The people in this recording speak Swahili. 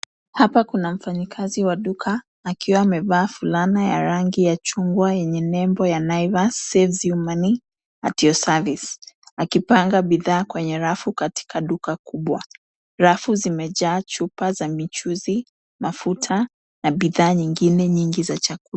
Hapa kuna mfanyakazi wa duka akiwa amevaa fulana ya rangi ya chungwa yenye nembo ya Naivas, saves you money at your service , akipanga bidhaa kwenye rafu katika duka kubwa. Rafu zimejaa chupa za michuzi, mafuta na bidhaa nyingine nyingi za chakula.